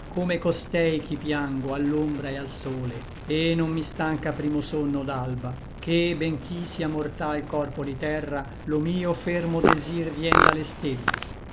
come costei ch'i piango a l'ombra e al sole et non mi stancha primo sonno od alba ché bench'i sia mortal corpo di terra lo mio fermo desir vien da le stelle